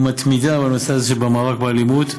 היא מתמידה בנושא הזה של המאבק באלימות.